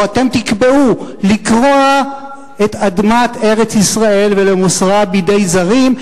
או אתם תקבעו לקרוע את אדמת ארץ-ישראל ולמוסרה בידי זרים,